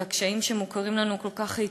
והקשיים שמוכרים לנו כל כך טוב,